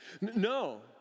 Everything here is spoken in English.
No